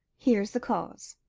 here's the cause,